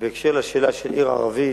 ובקשר לשאלה על עיר ערבית,